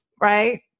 Right